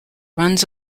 runs